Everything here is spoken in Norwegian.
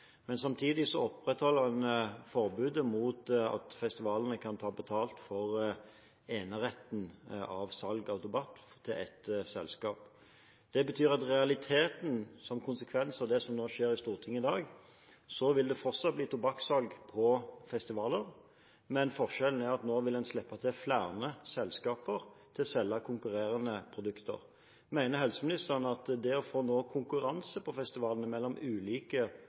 Men jeg har et spørsmål. Det skjedde en endring under komiteens arbeid som ikke var regjeringens forslag, nemlig at man åpner opp for midlertidige bevillinger for salg av tobakk, f.eks. i forbindelse med festivaler. Samtidig opprettholder man forbudet mot at festivalene kan ta betalt for enerett til salg av tobakk, til ett selskap. Det betyr i realiteten, som en konsekvens av det som skjer i Stortinget i dag, at det fortsatt vil bli tobakkssalg på festivaler, men forskjellen er at man nå